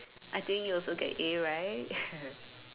I think you also get A right